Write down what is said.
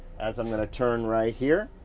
as i'm gonna turn right here.